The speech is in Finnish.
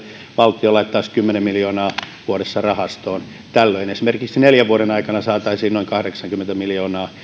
valtio laittaisi kymmenen miljoonaa vuodessa rahastoon tällöin esimerkiksi neljän vuoden aikana saataisiin noin kahdeksankymmentä miljoonaa